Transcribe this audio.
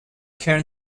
cairn